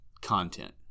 content